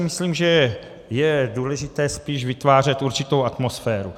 Myslím si, že je důležité spíš vytvářet určitou atmosféru.